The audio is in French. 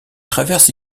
traverse